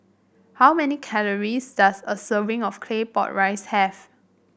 how many calories does a serving of Claypot Rice have